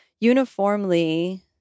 uniformly